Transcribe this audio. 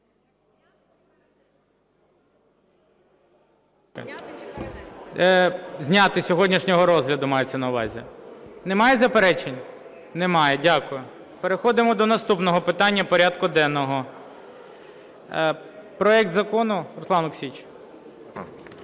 Зняти з сьогоднішнього розгляду мається на увазі. Немає заперечень? Немає, дякую. Переходимо до наступного питання порядку денного. Руслан Олексійович.